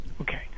Okay